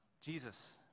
Jesus